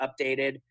updated